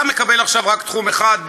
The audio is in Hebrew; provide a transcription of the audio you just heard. אתה מקבל עכשיו רק תחום אחד,